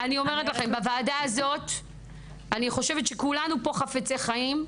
אני אומרת לכם, אני חושבת שכולנו פה חפצי חיים.